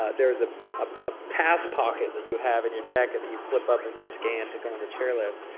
ah there was a ah pass pocket that you have in your jacket that you flip up and get scanned to go on the chair lift.